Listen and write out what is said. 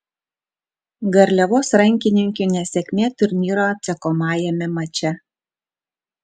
garliavos rankininkių nesėkmė turnyro atsakomajame mače